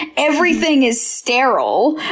everything is sterile,